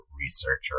researcher